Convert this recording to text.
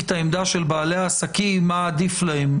את העמדה של בעלי העסקים מה עדיף להם,